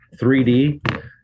3d